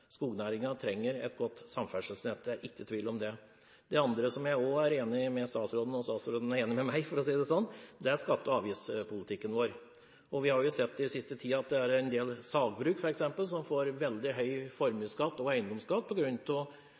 ikke tvil om det. Det andre som jeg også er enig med statsråden i – og statsråden er enig med meg, for å si det sånn – gjelder skatte- og avgiftspolitikken. Vi har sett den siste tiden at det er en del sagbruk f.eks. som får veldig høy formuesskatt og eiendomsskatt